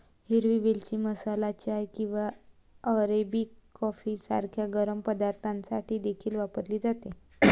हिरवी वेलची मसाला चाय किंवा अरेबिक कॉफी सारख्या गरम पदार्थांसाठी देखील वापरली जाते